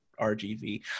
rgv